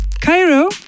Cairo